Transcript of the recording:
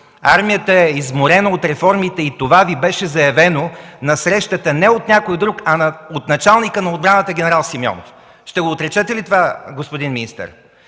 Армията е изморена от реформите и това Ви беше заявено на срещата не от някои други, а от началника на отбраната генерал Симеонов. Ще отречете ли това, господин министър?